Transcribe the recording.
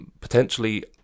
potentially